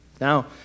Now